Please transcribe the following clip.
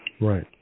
right